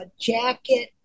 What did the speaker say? jacket